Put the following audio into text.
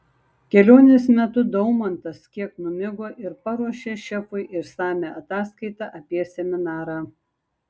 kelionės metu daumantas kiek numigo ir paruošė šefui išsamią ataskaitą apie seminarą